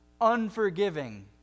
unforgiving